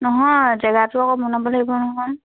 নহয় জেগাটো আকৌ বনাব লাগিব নহয়